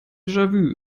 déjà